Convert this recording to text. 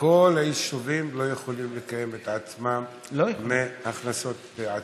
כל היישובים לא יכולים לקיים את עצמם מהכנסות עצמאיות.